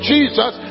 Jesus